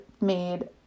made